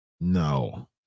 no